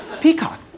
Peacock